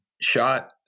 shot